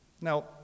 Now